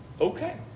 Okay